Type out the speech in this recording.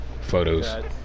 Photos